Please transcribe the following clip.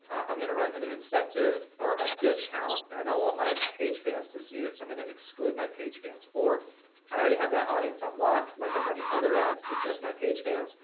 i'm gonna run a new incentive or a discount and i don't want my page fans to see it, so i'm gonna exclude my page fans. or i already have that audience on lock. like i'm running other ads to just my page fans.